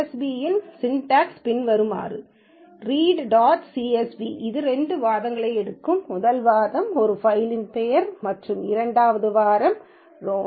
csv இன் syntax பின்வருமாறு read dot csv இது இரண்டு வாதங்களை எடுக்கும் முதல் வாதம் ஒரு ஃபைல் பெயர் மற்றும் இரண்டாவது வாதம் ரோ